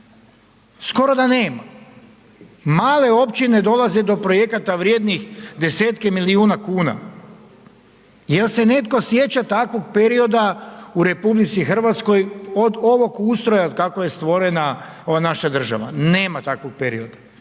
skoro da nema. Male općine dolaze do projekata vrijednih 10-tke milijuna kuna. Jel se netko sjeća takvog perioda u RH od ovog ustroja od kako je stvorena ova naša država? Nema takvog perioda